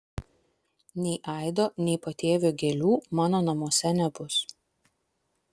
nei aido nei patėvio gėlių mano namuose nebus